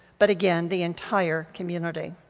but again the entire community.